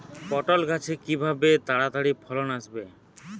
পটল গাছে কিভাবে তাড়াতাড়ি ফলন আসবে?